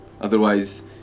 Otherwise